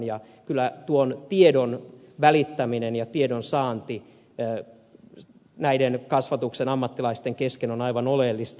ja kyllä tuo tiedon välittäminen ja tiedonsaanti näiden kasvatuksen ammattilaisten kesken on aivan oleellista